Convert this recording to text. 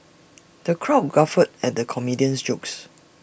the crowd guffawed at the comedia's jokes